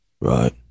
Right